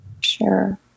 Sure